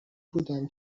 بودم